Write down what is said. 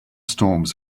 storms